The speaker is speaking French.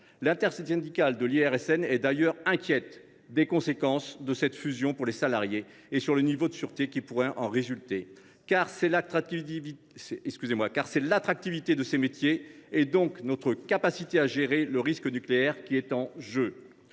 L’intersyndicale de l’IRSN est d’ailleurs inquiète des conséquences de cette fusion pour les salariés ; elle alerte sur le niveau de sûreté qui pourrait en résulter. Car c’est l’attractivité de ces métiers, donc notre capacité à gérer le risque nucléaire, qui est en jeu.